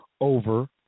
over –